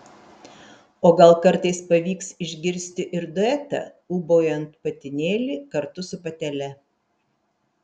o gal kartais pavyks išgirsti ir duetą ūbaujant patinėlį kartu su patele